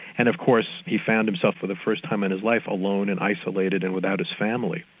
and, of course, he found himself for the first time in his life alone and isolated and without his family.